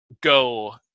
go